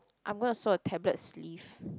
I'm gonna sew a tablet sleeve